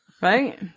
Right